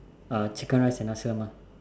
uh chicken rice and nasi lemak